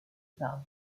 par